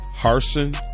Harson